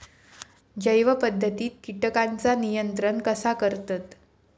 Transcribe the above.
जैव पध्दतीत किटकांचा नियंत्रण कसा करतत?